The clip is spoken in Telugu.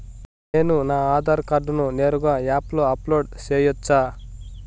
నేను నా ఆధార్ కార్డును నేరుగా యాప్ లో అప్లోడ్ సేయొచ్చా?